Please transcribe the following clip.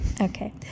Okay